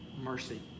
mercy